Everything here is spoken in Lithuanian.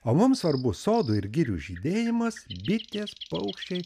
o mums svarbus sodo ir girių žydėjimas bitės paukščiai